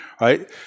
right